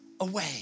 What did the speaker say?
away